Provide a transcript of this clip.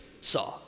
saw